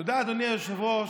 תודה, אדוני היושב-ראש.